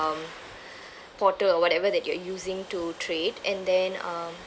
portal or whatever that you are using to trade and then uh